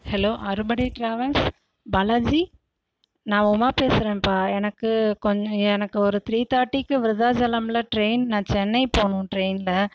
hello Arupadai travels Balaji நான் உமா பேசுறேன்பா எனக்கு கொஞ்சம் எனக்கு ஒரு த்ரீ தேர்ட்டிக்கு விருதாச்சலமில் ட்ரெயின் நான் சென்னை போகணும் ட்ரெயினில்